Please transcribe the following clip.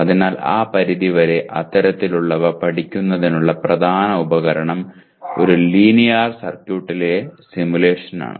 അതിനാൽ ആ പരിധിവരെ അത്തരത്തിലുള്ളവ പഠിക്കുന്നതിനുള്ള പ്രധാന ഉപകരണം ഒരു ലീനിയർ സർക്യൂട്ടിലേക്ക് സിമുലേഷനാണ്